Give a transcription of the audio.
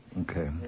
Okay